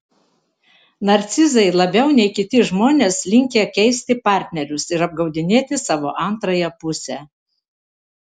narcizai labiau nei kiti žmonės linkę keisti partnerius ir apgaudinėti savo antrąją pusę